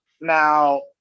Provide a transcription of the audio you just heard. now